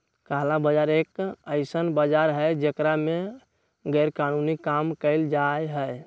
काला बाजार एक ऐसन बाजार हई जेकरा में गैरकानूनी काम कइल जाहई